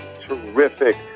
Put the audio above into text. terrific